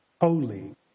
holy